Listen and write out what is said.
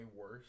worse